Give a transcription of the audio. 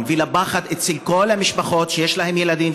ולפחד אצל כל המשפחות שיש בהן ילדים,